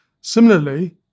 Similarly